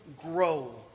grow